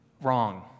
Wrong